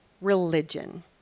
religion